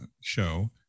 show